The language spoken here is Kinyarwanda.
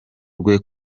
rwe